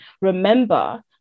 Remember